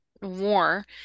war